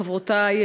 חברותי,